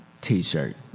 t-shirt